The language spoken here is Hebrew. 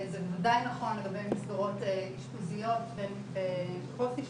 זה בוודאי נכון לגבי מסגרות אשפוזיות ופוסט אשפוזיות,